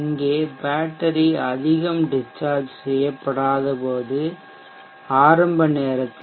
இங்கே பேட்டரி அதிகம் டிஷ்சார்ஜ் செய்யப்படாதபோது ஆரம்ப நேரத்தில்